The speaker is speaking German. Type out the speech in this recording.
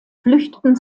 flüchteten